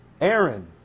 Aaron